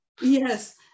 Yes